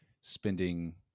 spending